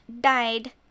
died